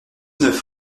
neuf